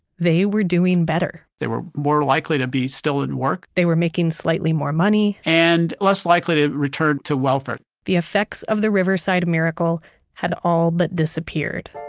they were doing better they were more likely to be still in work they were making slightly more money and less likely return to welfare the effects of the riverside miracle had all but disappeared